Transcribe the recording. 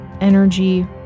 energy